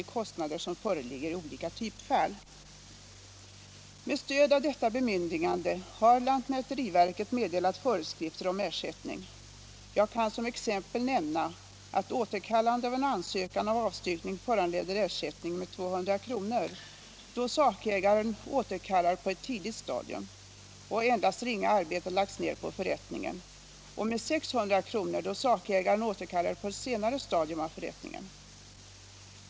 Med stöd av detta bemyndigande har lantmäteriverket meddelat föreskrifter om ersättning. Jag kan som exempel nämna att återkallelse av en ansökan om avstyckning föranleder ersättning med 200 kr. då sakägaren återkallar på ett tidigt stadium och endast ringa arbete har lagts ned på förrättningen och med 600 kr. då sakägaren återkallar på ett senare stadium av förrättningen.